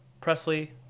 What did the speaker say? Presley